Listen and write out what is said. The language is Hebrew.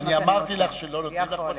אני אמרתי שלא נותנים לך בסיעה?